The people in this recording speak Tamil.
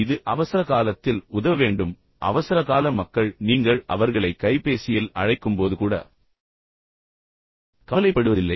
இது அவசரகாலத்தில் உதவ வேண்டும் இப்போது அவசரகால மக்கள் நீங்கள் அவர்களை கைபேசியில் அழைக்கும்போது கூட கவலைப்படுவதில்லை